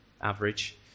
average